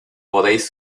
podéis